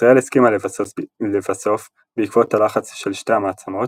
ישראל הסכימה לבסוף בעקבות הלחץ של שתי המעצמות,